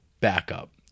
backup